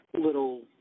little